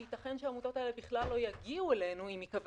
שייתכן שהעמותות האלה בכלל לא יגיעו אלינו אם ייקבע